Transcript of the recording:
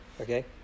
okay